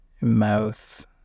mouth